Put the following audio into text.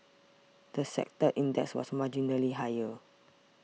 the sector index was marginally higher